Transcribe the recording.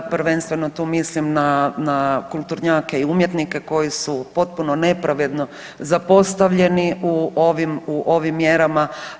Prvenstveno tu mislim na kulturnjake i umjetnike koji su potpuno nepravedno zapostavljeni u ovim, u ovim mjerama.